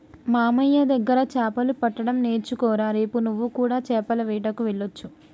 మామయ్య దగ్గర చాపలు పట్టడం నేర్చుకోరా రేపు నువ్వు కూడా చాపల వేటకు వెళ్లొచ్చు